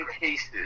cases